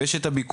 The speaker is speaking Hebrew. ויש את הביקוש,